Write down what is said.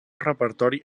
repertori